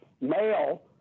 male